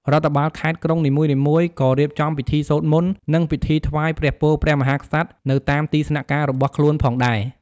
រដ្ឋបាលខេត្ត-ក្រុងនីមួយៗ ក៏រៀបចំពិធីសូត្រមន្ត និងពិធីថ្វាយព្រះពរព្រះមហាក្សត្រ នៅតាមទីស្នាក់ការរបស់ខ្លួនផងដែរ។